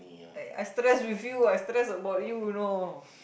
like I stress with you I stress about you you know